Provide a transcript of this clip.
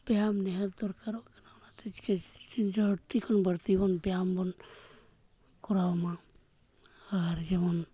ᱵᱮᱭᱟᱢ ᱱᱤᱦᱟᱹᱛ ᱫᱚᱨᱠᱟᱨᱚᱜ ᱠᱟᱱᱟ ᱚᱱᱟᱛᱮ ᱠᱷᱚᱱ ᱵᱟᱹᱲᱛᱤ ᱵᱚᱱ ᱵᱮᱭᱟᱢ ᱵᱚᱱ ᱠᱚᱨᱟᱣ ᱢᱟ ᱟᱨ ᱡᱮᱢᱚᱱ